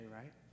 right